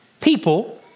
people